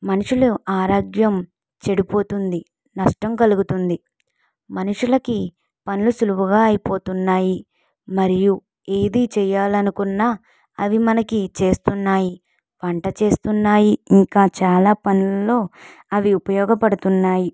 మనుషులు ఆరోగ్యం చెడిపోతుంది నష్టం కలుగుతుంది మనుషులకి పనులు సులువుగా అయిపోతున్నాయి మరియు ఏది చేయాలి అనుకున్న అవి మనకి చేస్తున్నాయి వంట చేస్తున్నాయి ఇంకా చాలా పనులలో అవి ఉపయోగపడుతున్నాయి